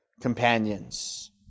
companions